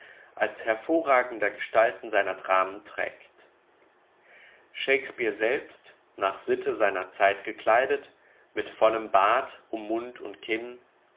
als hervorragender gestalten seiner dramen trägt shakespeare selbst nach sitte seiner zeit gekleidet mit vollem bart um mund und kinn